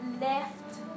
left